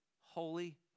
holy